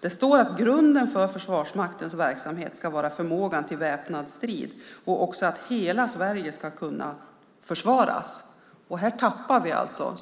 Det står att grunden för Försvarsmaktens verksamhet ska vara förmåga till väpnad strid och att hela Sverige ska kunna försvaras. Nu tappar vi alltså norr